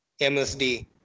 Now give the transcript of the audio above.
MSD